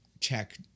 check